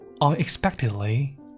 Unexpectedly